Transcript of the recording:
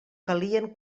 calien